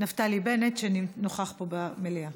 נפתלי בנט, שנוכח פה במליאה.